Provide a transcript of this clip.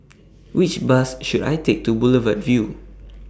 Which Bus should I Take to Boulevard Vue